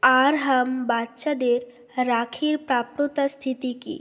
আরহাম বাচ্চাদের রাখির প্রাপ্যতা স্থিতি কী